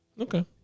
Okay